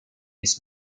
his